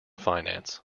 finance